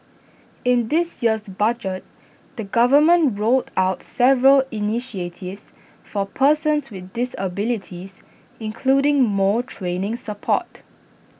in this year's budget the government rolled out several initiatives for persons with disabilities including more training support